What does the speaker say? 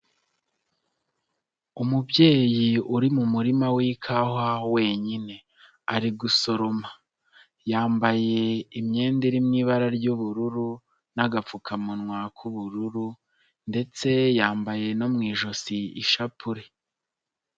Umubyeyi uri mu murima w'ikawa wenyine, ari gusoroma yambaye imyenda iri mu ibara ry'ubururu n'agapfukamunwa k'ubururu, ndetse yambaye no mu ijosi ishapule.